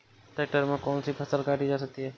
Tractor से कौन सी फसल काटी जा सकती हैं?